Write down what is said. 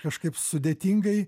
kažkaip sudėtingai